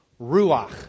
Ruach